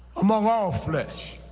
among all flesh.